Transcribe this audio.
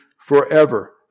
forever